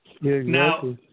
Now